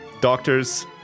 doctor's